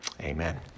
amen